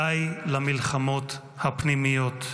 די למלחמות הפנימיות,